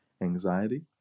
anxiety